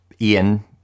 Ian